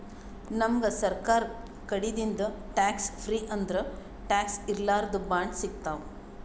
ನಮ್ಗ್ ಸರ್ಕಾರ್ ಕಡಿದಿಂದ್ ಟ್ಯಾಕ್ಸ್ ಫ್ರೀ ಅಂದ್ರ ಟ್ಯಾಕ್ಸ್ ಇರ್ಲಾರ್ದು ಬಾಂಡ್ ಸಿಗ್ತಾವ್